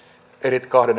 kahden